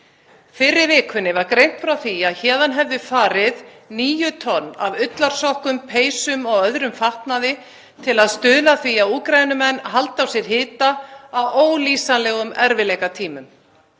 Fyrr í vikunni var greint frá því að héðan hefðu farið níu tonn af ullarsokkum, peysum og öðrum fatnaði til að stuðla að því að Úkraínumenn haldi á sér hita á ólýsanlegum erfiðleikatímum.